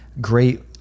great